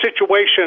situation